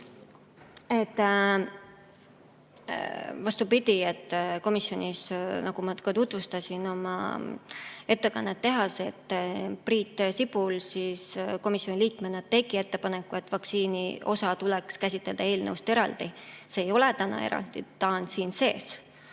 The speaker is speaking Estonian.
Vastupidi. Komisjonis, nagu ma ka tutvustasin oma ettekannet tehes, tegi Priit Sibul komisjoni liikmena ettepaneku, et vaktsiiniosa tuleks käsitleda eelnõust eraldi. See ei ole praegu eraldi, ta on siin sees.